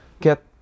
get